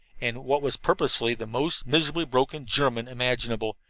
in what was purposely the most miserably broken german imaginable,